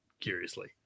curiously